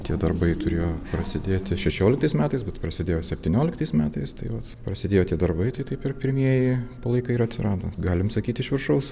tie darbai turėjo prasidėti šešioliktais metais bet prasidėjo septynioliktais metais tai vat prasidėjo tie darbai taip ir pirmieji palaikai ir atsirado galime sakyti iš viršaus